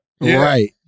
Right